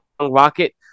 rocket